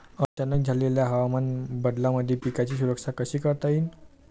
अचानक झालेल्या हवामान बदलामंदी पिकाची सुरक्षा कशी करता येईन?